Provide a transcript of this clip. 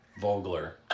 Vogler